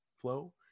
flow